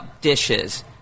dishes